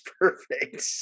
perfect